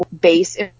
base